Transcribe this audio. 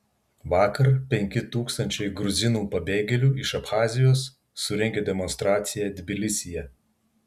vakar penki tūkstančiai gruzinų pabėgėlių iš abchazijos surengė demonstraciją tbilisyje